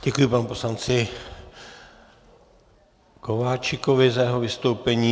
Děkuji panu poslanci Kováčikovi za jeho vystoupení.